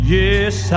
yes